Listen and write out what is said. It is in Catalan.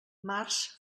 març